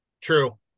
True